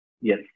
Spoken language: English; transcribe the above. yes